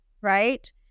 right